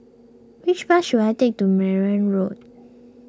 which bus should I take to Mayne Road